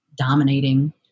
dominating